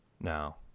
Now